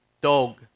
Dog